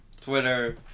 Twitter